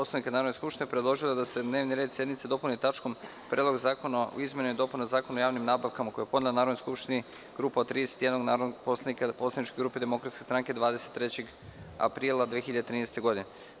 Poslovnika Narodne skupštine, predložila je da se dnevni red sednice dopuni tačkom - Predlog zakona o izmenama i dopunama Zakona o javnim nabavkama, koji je Narodnoj skupštini podnela grupa od 31 narodnog poslanika poslaničke grupe DS 23. aprila 2013. godine.